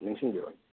ꯅꯤꯡꯁꯤꯡꯕꯤꯔꯛꯑꯣ